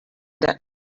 that